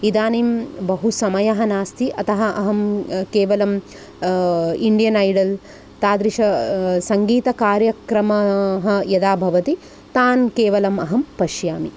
इदानीं बहुसमयः नास्ति अतः अहं केवलं इण्डियन् ऐडल् तादृशसङ्गीतकार्यक्रमः यदा भवति तान् केवलम् अहं पश्यामि